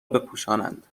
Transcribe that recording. بپوشانند